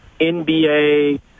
NBA